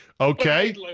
Okay